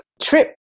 trip